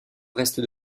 reste